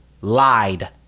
lied